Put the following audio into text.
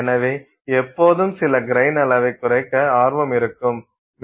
எனவே எப்போதும் சில கிரைன் அளவைக் குறைக்க ஆர்வம் இருக்கும்